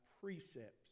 precepts